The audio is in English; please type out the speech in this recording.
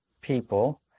people